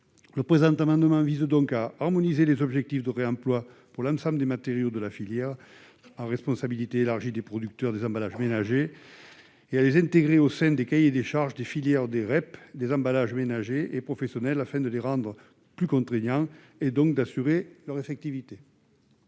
Cet amendement vise donc à harmoniser les objectifs de réemploi pour l'ensemble des matériaux de la filière à responsabilité élargie du producteur des emballages ménagers et à les intégrer au sein des cahiers des charges des filières REP des emballages ménagers et professionnels, afin de les rendre plus contraignants, et donc d'assurer leur effectivité.